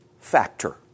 factor